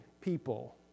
people